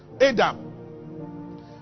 Adam